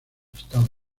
estados